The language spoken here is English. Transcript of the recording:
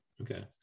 Okay